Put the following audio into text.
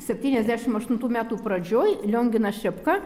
septyniasdešim aštuntų metų pradžioj lionginas šepka